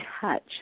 touch